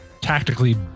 tactically